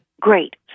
Great